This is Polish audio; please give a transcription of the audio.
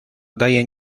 daje